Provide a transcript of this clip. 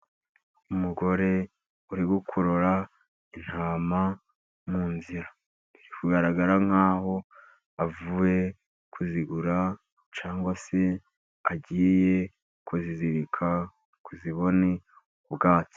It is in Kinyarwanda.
Umugore uri gukurura intama mu nzira, birikugaragara nk'aho avuye kuzigura, cyangwa se agiye kuzizirika ngo zibone ubwatsi.